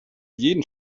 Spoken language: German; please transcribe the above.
jeden